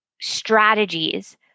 strategies